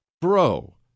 Bro